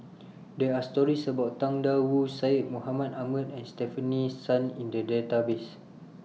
There Are stories about Tang DA Wu Syed Mohamed Ahmed and Stefanie Sun in The Database